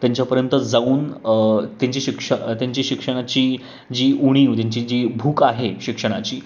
त्यांच्यापर्यंत जाऊन त्यांची शिक्ष त्यांची शिक्षणाची जी उणीव त्यांची जी भूक आहे शिक्षणाची